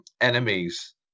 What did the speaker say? enemies